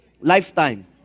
lifetime